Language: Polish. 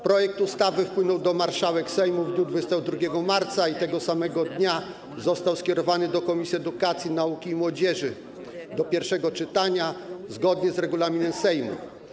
Projekt ustawy wpłynął do marszałek Sejmu w dniu 22 marca i tego samego dnia został skierowany do Komisji Edukacji, Nauki i Młodzieży do pierwszego czytania, zgodnie z regulaminem Sejmu.